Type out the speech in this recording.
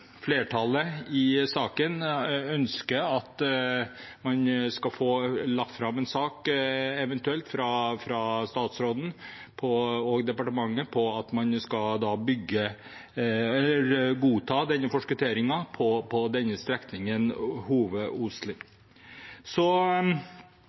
Flertallet ønsker at man skal få lagt fram en sak fra statsråden og departementet på at man skal godta denne forskutteringen på